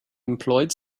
employed